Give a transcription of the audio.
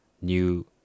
new